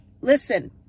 listen